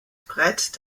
brett